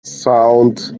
sound